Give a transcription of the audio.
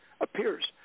appears